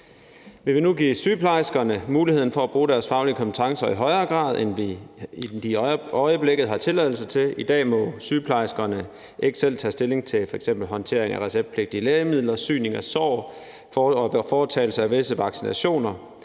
Vi vil nu give sygeplejerskerne mulighed for at bruge deres faglige kompetencer i højere grad, end de i øjeblikket har tilladelse til. I dag må sygeplejerskerne ikke selv tage stilling til f.eks. håndtering af receptpligtige lægemidler, syning af sår og foretagelse af visse vaccinationer,